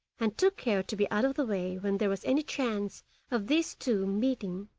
and took care to be out of the way when there was any chance of these two meeting.